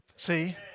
See